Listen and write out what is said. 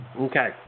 Okay